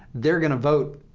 they're going to vote.